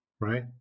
right